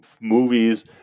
movies